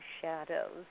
Shadows